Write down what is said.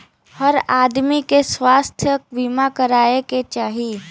हर आदमी के स्वास्थ्य बीमा कराये के चाही